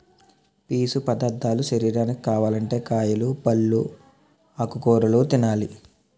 పీసు పదార్ధాలు శరీరానికి కావాలంటే కాయలు, పల్లు, ఆకుకూరలు తినాలి